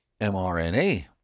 mRNA